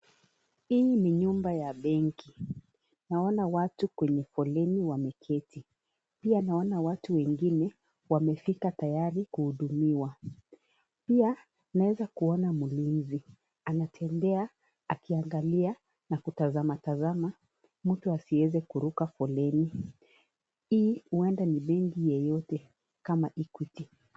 Hii ni nyumba ya benki. Tunaona watu kwenye foleni wameketi. Pia tunaona watu wengine, wamefika tayari wakaudumiwe. Pia tunaeza kuona mlinzi anatembea akiangalia na kutazama tazama mtu asiweze kuruka foleni. Hii huenda ni ulinzi yeyote kama equity .